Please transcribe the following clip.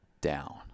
down